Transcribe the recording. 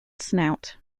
snout